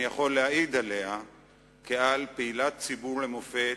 אני יכול להעיד עליה שהיתה פעילת ציבור למופת,